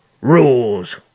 rules